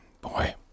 boy